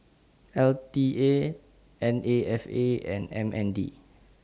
L T A N A F A and M N D